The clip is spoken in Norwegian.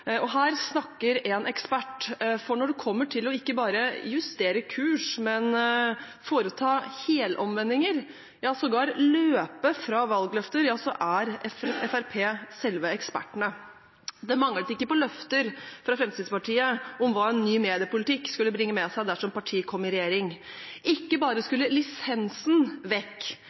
å foreta helomvendinger – ja, sågar løpe fra valgløfter – så er Fremskrittspartiet selve ekspertene. Det manglet ikke på løfter fra Fremskrittspartiet om hva en ny mediepolitikk skulle bringe med seg dersom partiet kom i regjering – ikke bare skulle lisensen vekk;